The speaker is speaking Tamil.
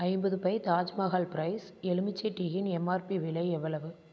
ஐம்பது பை தாஜ் மஹால் ப்ரைஸ் எலுமிச்சை டீயின் எம்ஆர்பி விலை எவ்வளவு